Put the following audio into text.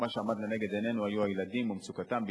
ומה שעמד לנגד עינינו היה הילדים ומצוקתם,